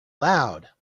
loud